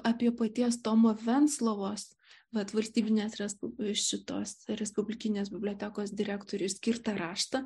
apie paties tomo venclovos vat valstybinės respub šitos respublikinės bibliotekos direktoriui skirtą raštą